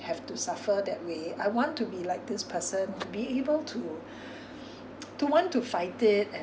have to suffer that way I want to be like this person to be able to to want to fight it and